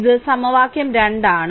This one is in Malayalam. ഇത് സമവാക്യം 2 ആണ്